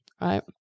right